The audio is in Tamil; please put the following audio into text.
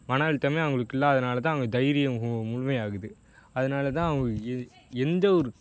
மன அழுத்தமே அவங்களுக்கு இல்லாதனாலதான் அவங்க தைரியம் முழுமையாகுது அதனாலதான் அவங்களுக்கு இது எந்த ஒரு